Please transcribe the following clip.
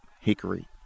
hickory